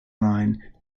line